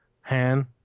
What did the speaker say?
Han